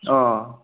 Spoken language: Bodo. अ